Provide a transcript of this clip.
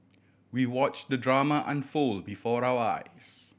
we watch the drama unfold before our eyes